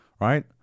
right